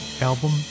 album